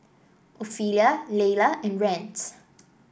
Ophelia Leila and Rance